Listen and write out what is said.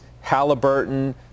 Halliburton